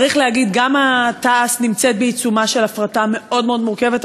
צריך להגיד שגם תע"ש נמצאת בעיצומה של הפרטה מאוד מאוד מורכבת,